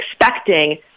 expecting